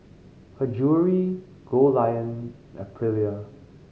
Her Jewellery Goldlion and Aprilia